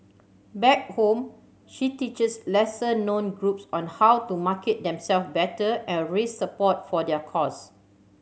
back home she teaches lesser known groups on how to market themselves better and raise support for their cause